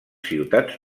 ciutats